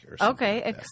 Okay